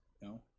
No